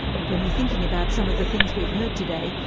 and when you're thinking about some of the things we've heard today,